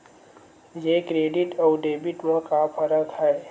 ये क्रेडिट आऊ डेबिट मा का फरक है?